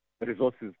resources